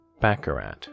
Baccarat